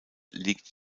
liegt